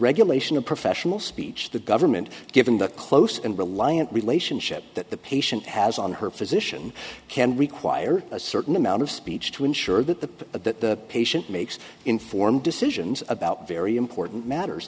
regulation of professional speech the government given the close and reliant really ation ship that the patient has on her physician can require a certain amount of speech to ensure that the patient makes informed decisions about very important matters